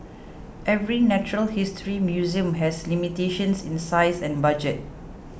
every natural history museum has limitations in size and budget